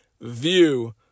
view